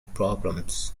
problems